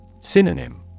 Synonym